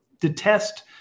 detest